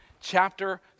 chapter